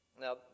Now